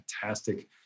fantastic